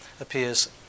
appears